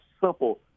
simple